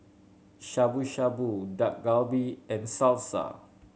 Shabu Shabu Dak Galbi and Salsa